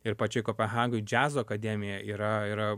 ir pačioj kopenhagoj džiazo akademija yra yra